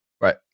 right